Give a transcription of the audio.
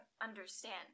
understand